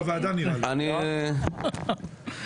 אחמד,